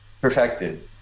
perfected